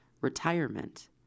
retirement